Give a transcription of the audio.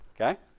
okay